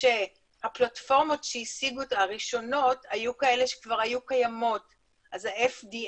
שהפלטפורמות הראשונות היו קיימות כבר ולכן ה-FDA